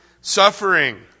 suffering